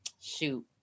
shoot